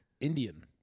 Indian